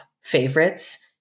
favorites